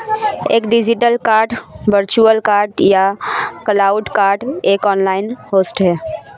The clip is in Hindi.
एक डिजिटल कार्ड वर्चुअल कार्ड या क्लाउड कार्ड एक ऑनलाइन होस्ट है